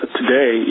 today